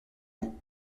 goût